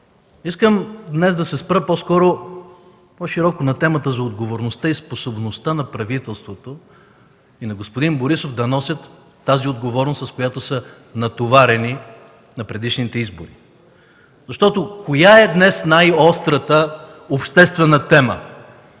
Искам днес да се спра по-широко на темата за отговорността и способността на правителството и на господин Борисов да носят тази отговорност, с която са натоварени на предишните избори, защото коя е днес най-острата обществена тема